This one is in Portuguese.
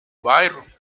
bairro